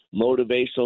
motivational